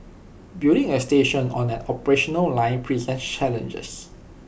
building A station on an operational line presents challenges